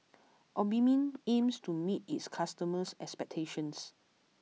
Obimin aims to meet its customers' expectations